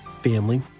family